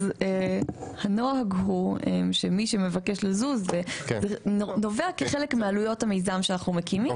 אז הנוהג הוא שמי שמבקש לזוז נובע כחלק מעלויות המיזם שאנחנו מקימים,